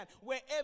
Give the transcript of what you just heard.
wherever